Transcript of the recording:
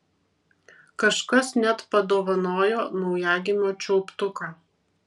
kažkas net padovanojo naujagimio čiulptuką